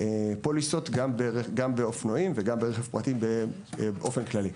הפוליסות גם באופנועים וגם ברכב פרטי באופן כללי.